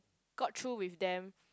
got through with them